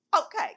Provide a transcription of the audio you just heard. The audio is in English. Okay